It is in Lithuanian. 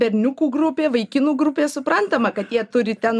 berniukų grupė vaikinų grupė suprantama kad jie turi ten